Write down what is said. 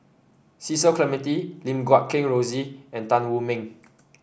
Cecil Clementi Lim Guat Kheng Rosie and Tan Wu Meng